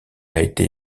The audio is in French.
été